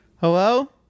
Hello